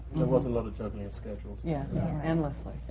there was a lot of juggling of schedules. yes, endlessly.